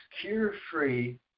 cure-free